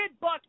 Buck